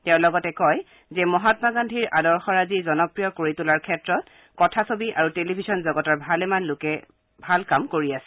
তেওঁ লগতে কয় যে মহামা গান্ধীৰ আদৰ্শৰাজি জনপ্ৰিয় কৰি তোলাৰ ক্ষেত্ৰত কথাছবি আৰু টেলিভিছন জগতৰ ভালেমান লোকে ভাল কাম কৰি আছে